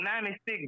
96